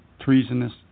treasonous